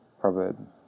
proverb